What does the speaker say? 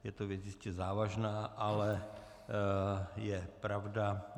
Je to věc jistě závažná, ale je pravda...